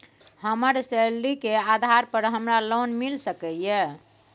हमर सैलरी के आधार पर हमरा लोन मिल सके ये?